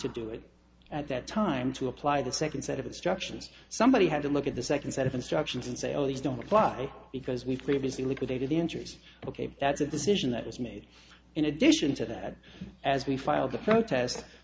to do it at that time to apply the second set of instructions somebody had to look at the second set of instructions and say oh these don't apply because we've previously liquidated the injuries ok that's a decision that was made in addition to that as we filed the protest